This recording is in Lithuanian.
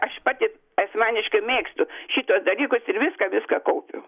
aš pati asmeniškai mėgstu šituos dalykus ir viską viską kaupiu